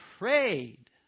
prayed